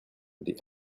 the